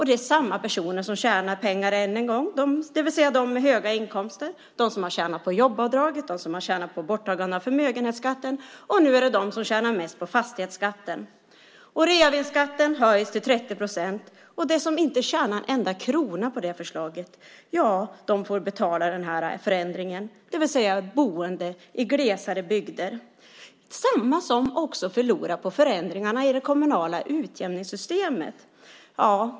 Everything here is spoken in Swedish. Det är samma personer som tjänar pengar än en gång, det vill säga de med höga inkomster, de som har tjänat på jobbavdraget och borttagandet av förmögenhetsskatten. Nu är det de som tjänar mest på fastighetsskatten. Reavinstskatten höjs till 30 procent, och de som inte tjänar en enda krona på det förslaget får betala den här förändringen, det vill säga boende i glesare bygder. Det är samma personer som också förlorar på förändringarna i det kommunala utjämningssystemet.